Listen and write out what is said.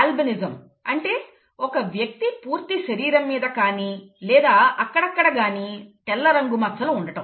albinism అంటే ఒక వ్యక్తి పూర్తి శరీరం మీద కానీ లేదా అక్కడ అక్కడ గాని తెల్ల రంగు మచ్చలు ఉండటం